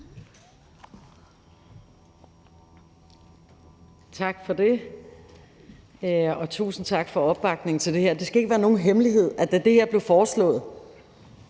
Tak for det, og tusind tak for opbakningen til det her. Det skal ikke være nogen hemmelighed, at da det her blev foreslået